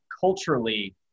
culturally